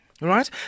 right